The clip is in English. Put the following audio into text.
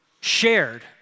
shared